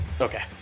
Okay